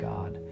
God